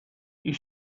you